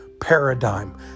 paradigm